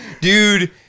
Dude